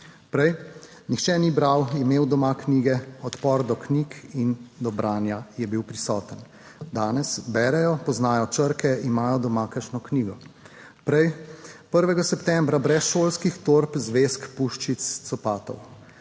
Prej nihče ni bral, imel doma knjige, odpor do knjig in do branja je bil prisoten, danes berejo, poznajo črke, imajo doma kakšno knjigo. Prej prvega septembra brez šolskih torb, zvezkov, puščic, copatov,